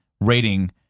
rating